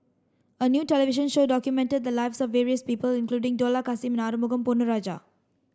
a new television show documented the lives of various people including Dollah Kassim and Arumugam Ponnu Rajah